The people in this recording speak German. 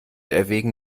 erwägen